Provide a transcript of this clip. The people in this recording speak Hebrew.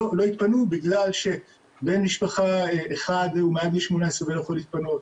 יתפנו בגלל שבן משפחה אחד שהוא מעל גיל 18 ולא יכול להתפנות,